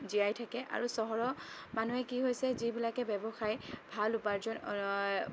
জীয়াই থাকে আৰু চহৰৰ মানুহে কি হৈছে যিবিলাকে ব্যৱসায় ভাল উপাৰ্জন